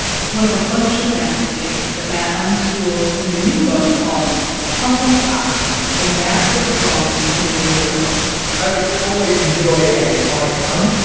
it's one of a bunch of math mistakes that matt unschools in a new book called humble pi when math goes wrong in the real world. i always enjoy a pi pun,